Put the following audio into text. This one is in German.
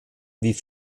wie